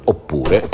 Oppure